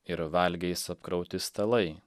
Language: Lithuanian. ir valgiais apkrauti stalai